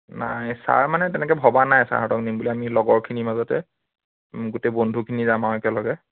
নাই ছাৰ মানে তেনেকৈ ভবা নাই ছাৰহঁতক নিম বুলি আমি লগৰখিনিৰ মাজতে গোটেই বন্ধুখিনি যাম আৰু একেলগে